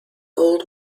old